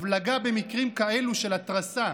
הבלגה במקרים כאלה של התרסה,